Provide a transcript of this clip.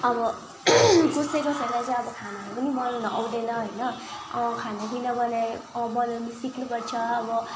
अब कसै कसैलाई चाहिँ अब खानाहरू पनि बनाउनु आउँदैन होइन अँ खानापिना बनाए बनाउनु सिक्नुपर्छ अब